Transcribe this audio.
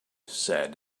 said